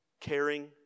caring